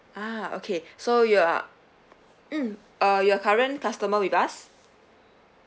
ah okay so you're mm uh you're current customer with us